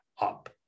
up